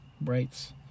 Brights